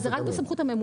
אבל זה רק בסמכות הממונה,